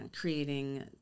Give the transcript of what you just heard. creating